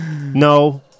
No